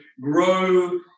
grow